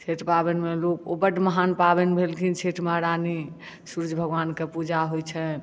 छठि पाबनि मे लोक बड महान पाबनि भेलखिन छठि महारानी सूर्य भगवान के पूजा होइ छनि